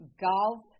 Golf